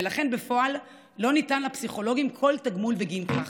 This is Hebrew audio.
ולכן בפועל לא ניתן לפסיכולוגים כל תגמול בגין כך.